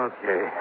Okay